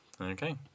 Okay